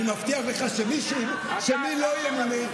אני מבטיח לך מי לא ימונה: